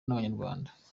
n’abanyarwanda